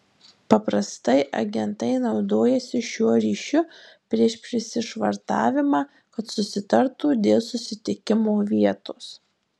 paprastai agentai naudojasi šiuo ryšiu prieš prisišvartavimą kad susitartų dėl susitikimo vietos